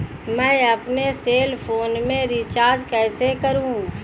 मैं अपने cell phone में रिचार्ज कैसे करूँ?